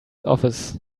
office